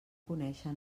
conèixer